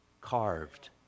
carved